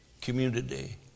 community